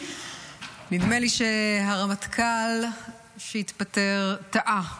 נדמה לי שהרמטכ"ל שהתפטר טעה.